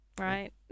right